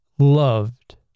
loved